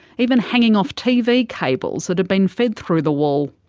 even hanging off tv cables that had been fed through the wall.